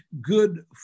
good